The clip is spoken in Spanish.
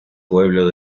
pueblo